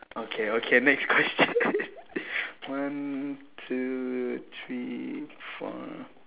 okay okay next question one two three four